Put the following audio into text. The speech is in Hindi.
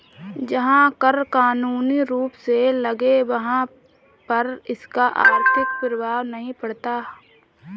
जहां कर कानूनी रूप से लगे वहाँ पर इसका आर्थिक प्रभाव नहीं पड़ता